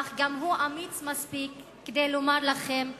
אך גם הוא אמיץ מספיק כדי לומר לכם לא,